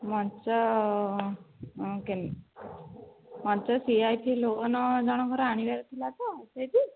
ମଞ୍ଚ ମଞ୍ଚ C I P loan ଜଣକର ଆଣିବାର ଥିଲା ତ ସେଇଠି